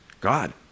God